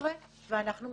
ואנחנו משנים,